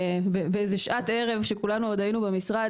באיזה שעת ערב שכולנו עוד היינו במשרד,